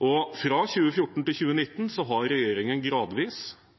Fra 2014 til 2019 har regjeringen gradvis